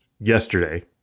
yesterday